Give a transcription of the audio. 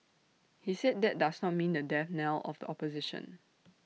he said that does not mean the death knell of the opposition